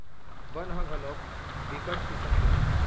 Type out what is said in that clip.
बन ह घलोक बिकट किसम के होथे